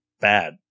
bad